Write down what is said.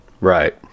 Right